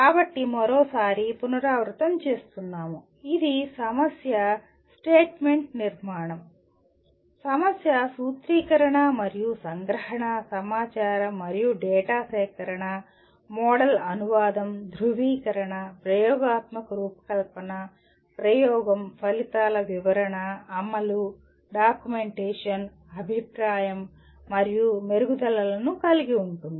కాబట్టి మరోసారి పునరావృతం చేస్తున్నాము ఇది సమస్య స్టేట్మెంట్ నిర్మాణం సమస్య సూత్రీకరణ మరియు సంగ్రహణ సమాచారం మరియు డేటా సేకరణ మోడల్ అనువాదం ధ్రువీకరణ ప్రయోగాత్మక రూపకల్పన ప్రయోగం ఫలితాల వివరణ అమలు డాక్యుమెంటేషన్ అభిప్రాయం మరియు మెరుగుదలలను కలిగి ఉంటుంది